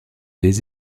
des